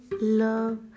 love